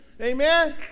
Amen